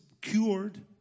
cured